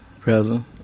present